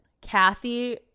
Kathy